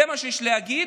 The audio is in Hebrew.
זה מה שיש לי להגיד.